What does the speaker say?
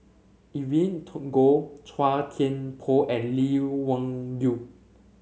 Evelyn Goh Chua Thian Poh and Lee Wung Yew